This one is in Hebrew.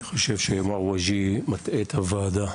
אני חושב שמר וג'יה מטעה את הוועדה.